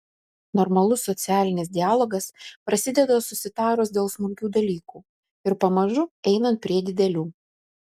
normalus socialinis dialogas prasideda susitarus dėl smulkių dalykų ir pamažu einant prie didelių